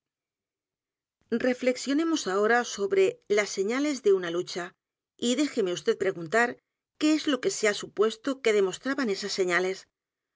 reflexionemos ahora sobre las señales de una lucha y déjeme vd preguntar qué es lo que se h a supuesto que demostraban esas señales